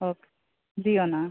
okay Ziona